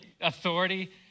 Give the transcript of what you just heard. authority